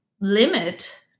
limit